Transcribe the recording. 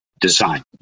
Design